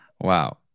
wow